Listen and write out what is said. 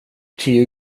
tio